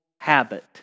habit